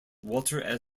walter